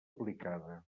aplicada